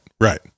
right